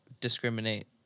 discriminate